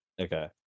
Okay